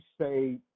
say